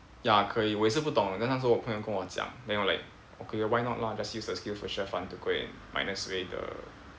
ya 可以我也是不懂 then 那时候我朋友跟我讲 then 我 like okay why not lah just use the SkillsFuture fund to go and minus away the